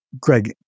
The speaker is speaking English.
Greg